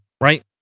right